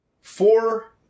four